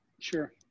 Sure